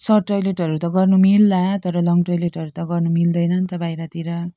short टोयलेटहरू गर्नु त मिल्ला तर लङ्ग टोयलेटहरू त गर्नु मिल्दैन नि त बाहिरतिर